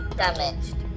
damaged